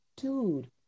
dude